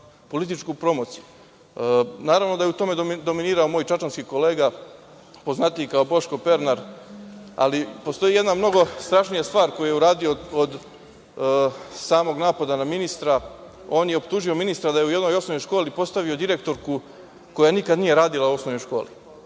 političku promociju. Naravno da je u tome dominirao moj čačačnski kolega, poznatiji kao Boško Pernar, ali postoji jedna mnogo strašnija stvar koju je uradio od samog napada na ministra. On je optužio ministra da je u jednoj osnovnoj školi postavio direktorku koja nikada nije radila u osnovnoj školi.